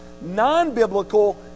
non-biblical